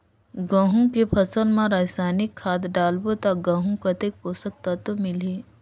गंहू के फसल मा रसायनिक खाद डालबो ता गंहू कतेक पोषक तत्व मिलही?